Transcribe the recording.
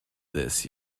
this